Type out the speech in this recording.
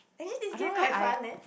actually this game quite fun eh